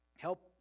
Help